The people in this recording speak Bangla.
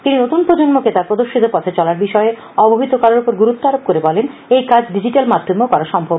তিনি নতুন প্রজন্মকে তার প্রদর্শিত পথে চলার বিষয়ে অবহিত করার উপর গুরুত্ব আরোপ করে বলেন এই কাজ ডিজিটাল মাধ্যমে করা সম্ভব